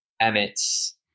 Emmett's